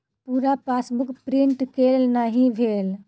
पूरा passbook print केल नहि भेल